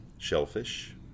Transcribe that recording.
shellfish